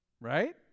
right